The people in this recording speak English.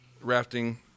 rafting